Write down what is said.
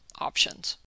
options